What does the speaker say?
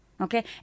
Okay